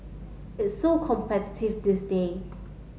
it's so competitive these day